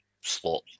slot